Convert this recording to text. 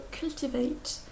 cultivate